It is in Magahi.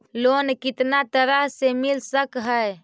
लोन कितना तरह से मिल सक है?